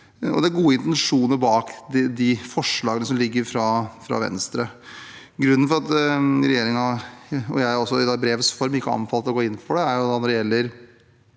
Det er gode intensjoner bak de forslagene som foreligger fra Venstre. Grunnen for at regjeringen og jeg også i brevs form ikke anbefalte å gå inn for det når det gjelder